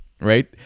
right